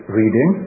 reading